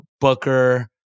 Booker